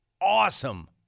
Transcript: Awesome